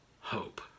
hope